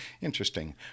interesting